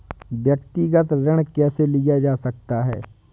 व्यक्तिगत ऋण कैसे लिया जा सकता है?